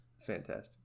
fantastic